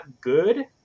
good